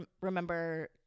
remember